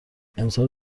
امسال